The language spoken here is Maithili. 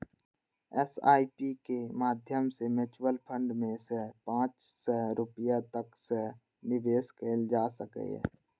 एस.आई.पी के माध्यम सं म्यूचुअल फंड मे सय सं पांच सय रुपैया तक सं निवेश कैल जा सकैए